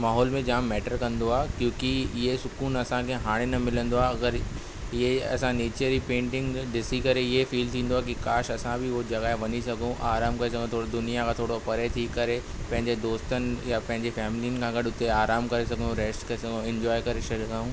माहोल में जाम मैटर कंदो आहे क्योकी इहो सुकून असांखे हाणे न मिलंदो आहे अगरि इहे असां नेचर जी पेंटिंग ॾिसी करे इहो फील थींदो आहे की काश असां बि उहा जॻह वञी सघूं आराम करे सघूं थोरो दुनिया खां थोरो परे थी करे पंहिंजे दोस्तनि या पहिंजी फैमिलियुनि खां गॾु हुते आराम करे सघूं रैस्ट करे सघूं इंजॉय करे छॾे अथऊं